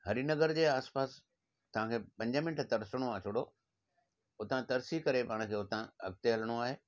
हरी नगर जे आसिपासि तव्हांखे पंज मिंट तरसड़ो आहे थोरो उतां तरसी करे पाण खे उतां अॻिते हलिणो आहे